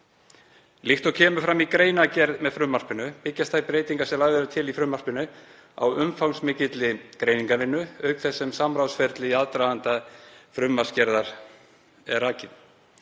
Líkt og kemur fram í greinargerð með frumvarpinu byggjast þær breytingar sem lagðar eru til í frumvarpinu á umfangsmikilli greiningarvinnu auk þess sem samráðsferli í aðdraganda frumvarpsgerðar er rakið.